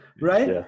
right